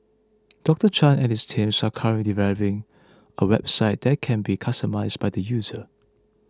Doctor Chan and his teams are currently developing a website that can be customised by the user